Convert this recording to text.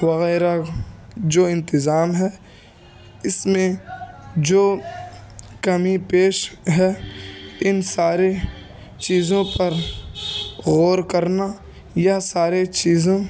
وغیرہ جو انتظام ہے اس میں جو کمی پیش ہے ان سارے چیزوں پر غور کرنا یا سارے چیزوں